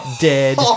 dead